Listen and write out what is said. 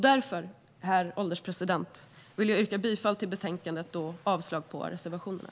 Därför, herr ålderspresident, vill jag yrka bifall till förslaget i betänkandet och avslag på reservationerna.